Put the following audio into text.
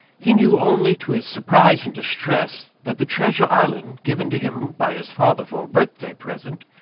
he knew only, to his surprise and distress, that the treasure island, given to him by his father for a birthday present,